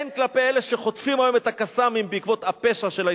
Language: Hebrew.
הן כלפי אלה שחוטפים היום את ה"קסאמים" בעקבות הפשע של ההתנתקות.